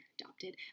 adopted